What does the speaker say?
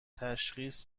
تشخیص